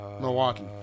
Milwaukee